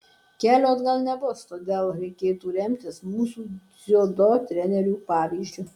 kelio atgal nebus todėl reikėtų remtis mūsų dziudo trenerių pavyzdžiu